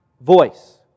voice